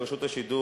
של רשות השידור,